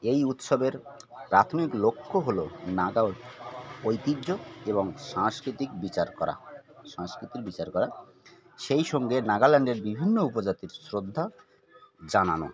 এই উৎসবের প্রাথমিক লক্ষ্য হলো নাগা ঐতিহ্য এবং সাংস্কৃতিক বিচার করা সংস্কৃতির বিচার করা সেই সঙ্গে নাগাল্যান্ডের বিভিন্ন উপজাতির শ্রদ্ধা জানানো